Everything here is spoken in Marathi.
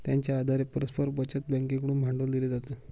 त्यांच्या आधारे परस्पर बचत बँकेकडून भांडवल दिले जाते